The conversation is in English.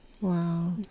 Wow